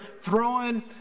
throwing